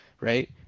Right